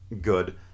good